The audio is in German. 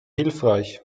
hilfreich